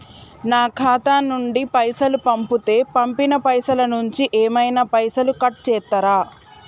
నా ఖాతా నుండి పైసలు పంపుతే పంపిన పైసల నుంచి ఏమైనా పైసలు కట్ చేత్తరా?